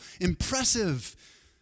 impressive